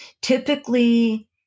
Typically